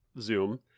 Zoom